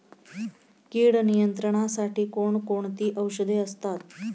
कीड नियंत्रणासाठी कोण कोणती औषधे असतात?